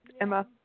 Emma